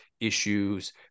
issues